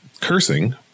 cursing